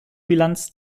bilanz